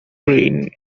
train